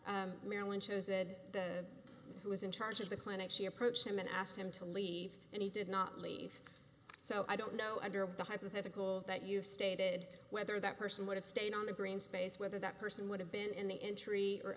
that marilyn chose that who is in charge of the clinic she approached him and asked him to leave and he did not leave so i don't know under what the hypothetical that you've stated whether that person would have stayed on the green space whether that person would have been in the entry or